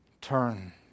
turn